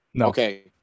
Okay